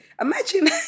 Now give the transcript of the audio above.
Imagine